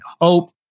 hope